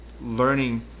learning